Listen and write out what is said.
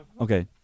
Okay